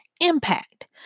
Impact